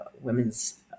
women's